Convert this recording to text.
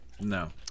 No